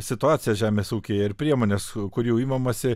situaciją žemės ūkyje ir priemones kurių imamasi